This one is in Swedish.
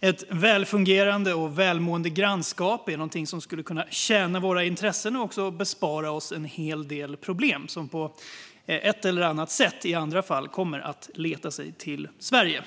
Ett välfungerande och välmående grannskap skulle kunna tjäna våra intressen och även bespara oss en hel del problem som i annat fall på ett eller annat sätt kommer att leta sig till Sverige.